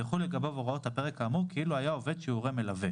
ויחולו לגביו הוראות הפרק האמור כאילו היה עובד שהוא הורה מלווה,